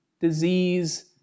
disease